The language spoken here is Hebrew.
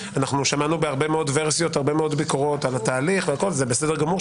שמענו בהרבה מאוד ורסיות הרבה מאוד ביקורות על התהליך וזה בסדר גמור,